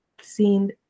seen